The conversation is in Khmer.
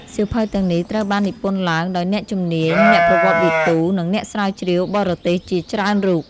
សៀវភៅទាំងនេះត្រូវបាននិពន្ធឡើងដោយអ្នកជំនាញ អ្នកប្រវត្តិវិទូ និងអ្នកស្រាវជ្រាវបរទេសជាច្រើនរូប។